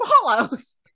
follows